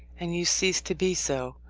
and you cease to be so.